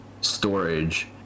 storage